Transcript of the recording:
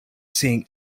seeing